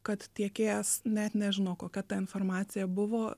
kad tiekėjas net nežino kokia ta informacija buvo